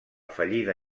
fallida